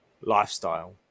lifestyle